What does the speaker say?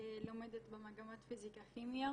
לומדת במגמת פיזיקה כימיה.